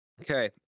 Okay